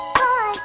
boy